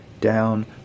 down